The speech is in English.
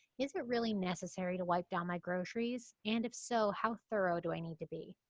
is it really necessary to wipe down my groceries? and if so, how thorough do i need to be?